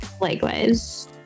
Likewise